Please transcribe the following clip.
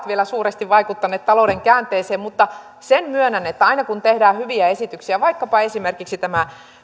vielä suuresti vaikuttaneet talouden käänteeseen mutta sen myönnän että aina kun tehdään hyviä esityksiä vaikkapa esimerkiksi tämä